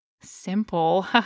simple